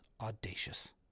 audacious